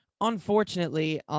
unfortunately